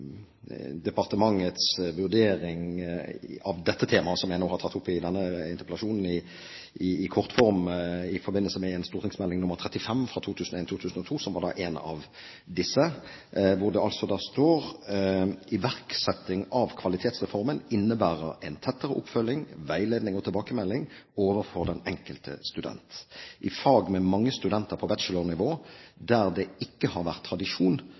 departementets vurdering av dette temaet som jeg nå har tatt opp i denne interpellasjonen i kortform i forbindelse med St.meld. nr. 35 for 2001–2002, som var en av disse meldingene, hvor det altså står: «Iverksetting av kvalitetsreformen innebærer en tettere oppfølging, veiledning og tilbakemelding overfor den enkelte student. I fag med mange studenter på bachelornivå der det ikke har vært tradisjon